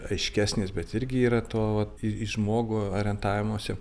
aiškesnis bet irgi yra to vat į žmogų orientavimosi